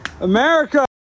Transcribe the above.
America